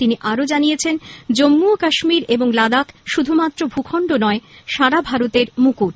তিনি আরও বলেছেন জম্মু ও কাশ্মীর ও লাদাখ শুধুমাত্র ভূখন্ড নয় সারা ভারতের মকুট